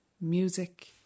music